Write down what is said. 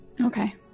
Okay